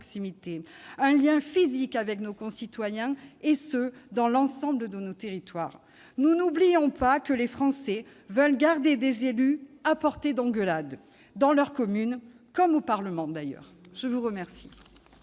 un lien physique avec nos concitoyens, et ce dans l'ensemble de nos territoires. Nous n'oublions pas que les Français veulent garder des élus « à portée d'engueulades » dans leurs communes, comme au Parlement d'ailleurs. La parole